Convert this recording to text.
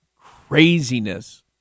craziness